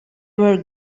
were